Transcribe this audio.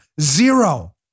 Zero